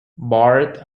barth